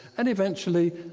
and eventually,